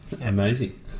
Amazing